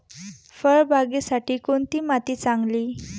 फळबागेसाठी कोणती माती चांगली?